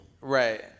Right